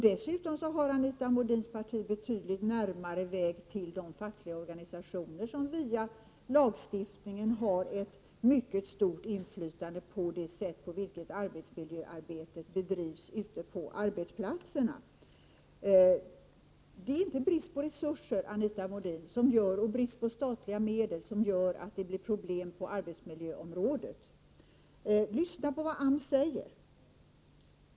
Dessutom har Anita Modins parti betydligt kortare väg till de fackliga organisationer som via lagstiftningen har ett mycket stort inflytande på det sätt på vilket arbetsmiljöarbetet bedrivs ute på arbetsplatserna. Det är inte brist på resurser och statliga medel, Anita Modin, som gör att det blir problem på arbetsmiljöområdet. Lyssna på vad AMS säger!